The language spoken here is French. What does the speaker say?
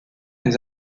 les